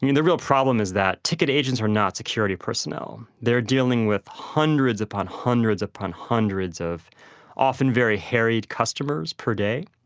and the real problem is that ticket agents are not security personnel, they are dealing with hundreds upon hundreds upon hundreds of often very harried customers per day.